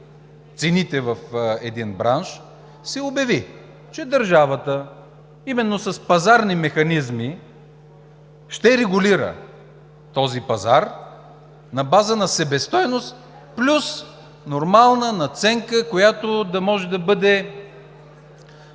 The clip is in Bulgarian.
цените в един бранш, се обяви, че държавата, именно с пазарни механизми ще регулира този пазар на база на себестойност плюс нормална надценка, която да може да бъде